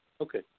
Okay